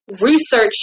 research